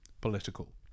political